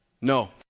No